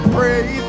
pray